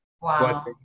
Wow